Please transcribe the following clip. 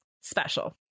special